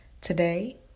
Today